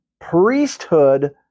priesthood